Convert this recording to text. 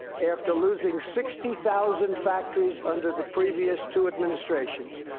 after losing sixty thousand factories under the previous two administrations,